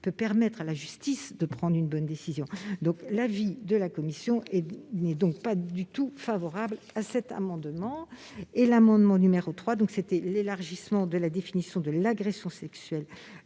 peut permettre à la justice de prendre une bonne décision. La commission n'est donc pas du tout favorable à cet amendement. Enfin, l'amendement n° 3, qui prévoit l'élargissement de la définition de l'agression sexuelle